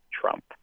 Trump